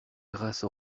grâce